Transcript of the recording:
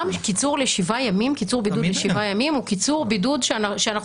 גם קיצור בידוד לשבעה ימים הוא קיצור בידוד שאנחנו